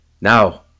Now